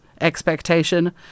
expectation